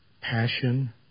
passion